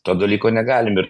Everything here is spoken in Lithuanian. to dalyko negalim ir